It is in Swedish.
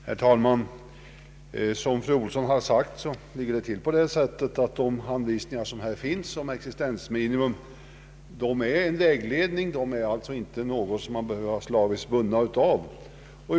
Herr talman! Som fru Ohlsson har sagt ligger det till på det sättet att de anvisningar som finns om existensminimum är avsedda som en vägledning. Man behöver alltså inte vara slaviskt bunden av dessa belopp.